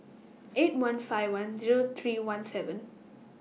eight one five one Zero three one seven